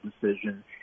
decision